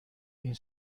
این